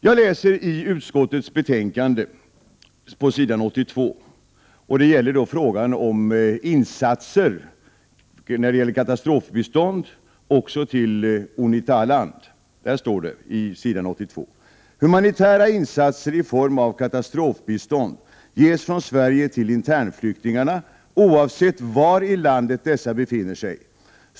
Jag läser i utskottets betänkande på s. 82, där det handlar om insatser för katastrofbistånd också till Unitaland: ”Humanitära insatser i form av katastrofbistånd ges från Sverige till internflyktingarna oavsett var i landet dessa befinner sig.